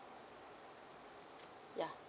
yeah